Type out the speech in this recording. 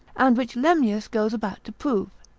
and which lemnius goes about to prove,